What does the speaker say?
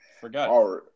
Forgot